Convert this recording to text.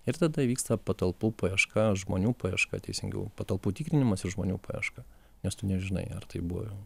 ir tada vyksta patalpų paieška žmonių paieška teisingiau patalpų tikrinimas ir žmonių paieška nes tu nežinai ar tai buvo